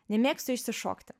nemėgstu išsišokti